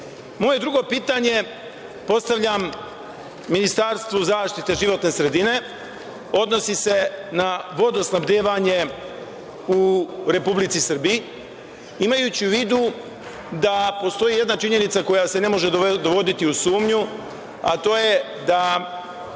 drugo pitanje postavljam Ministarstvu zaštite životne sredine. Odnosi se na vodosnabdevanje u Republici Srbiji, imajući u vidu da postoji jedna činjenica koja se ne može dovoditi u sumnju, a to je da